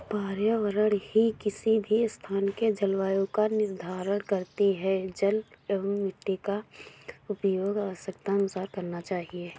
पर्यावरण ही किसी भी स्थान के जलवायु का निर्धारण करती हैं जल एंव मिट्टी का उपयोग आवश्यकतानुसार करना चाहिए